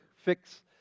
fix